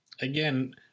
again